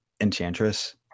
Enchantress